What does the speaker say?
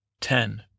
Ten